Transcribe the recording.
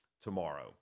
tomorrow